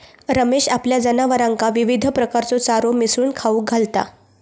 रमेश आपल्या जनावरांका विविध प्रकारचो चारो मिसळून खाऊक घालता